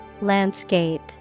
Landscape